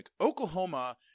Oklahoma